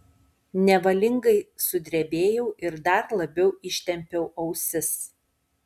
nevalingai sudrebėjau ir dar labiau ištempiau ausis